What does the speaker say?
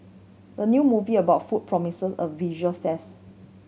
the new movie about food promises a visual fest